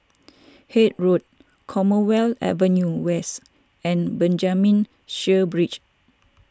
Haig Road Commonwealth Avenue West and Benjamin Sheares Bridge